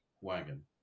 wagon